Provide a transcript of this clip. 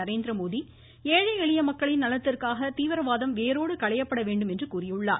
நரேந்திரமோடி ஏழை எளிய மக்களின் நலத்திற்காக தீவிரவாதம் வேரோடு களையப்பட வேண்டும் என்று கூறியுள்ளார்